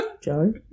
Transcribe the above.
joe